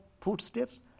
footsteps